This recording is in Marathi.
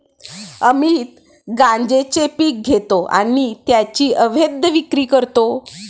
अमित गांजेचे पीक घेतो आणि त्याची अवैध विक्री करतो